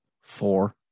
four